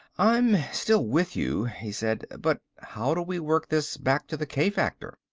i'm still with you, he said. but how do we work this back to the k-factor?